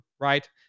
right